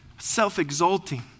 self-exalting